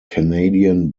canadian